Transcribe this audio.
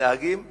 מתנהגים בפניקה.